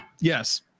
Yes